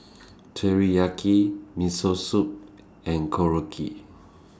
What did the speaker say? Teriyaki Miso Soup and Korokke